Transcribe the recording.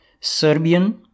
Serbian